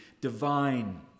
divine